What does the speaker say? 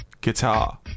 Guitar